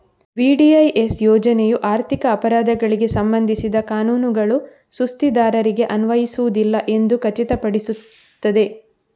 VDIS ಯೋಜನೆಯು ಆರ್ಥಿಕ ಅಪರಾಧಗಳಿಗೆ ಸಂಬಂಧಿಸಿದ ಕಾನೂನುಗಳು ಸುಸ್ತಿದಾರರಿಗೆ ಅನ್ವಯಿಸುವುದಿಲ್ಲ ಎಂದು ಖಚಿತಪಡಿಸುತ್ತದೆ